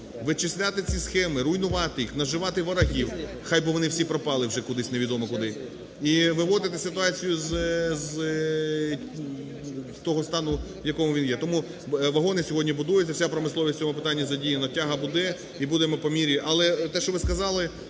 вичисляти ці схеми, руйнувати їх, наживати ворогів. Нехай би вони всі пропали вже кудись, невідомо куди, і виводити ситуацію з того стану, в якому він є. Тому вагони сьогодні будуються, вся промисловість в цьому питанні задіяна, тяга буде і будемо по мірі.